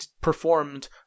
performed